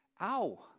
Ow